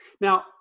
Now